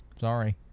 sorry